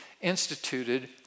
instituted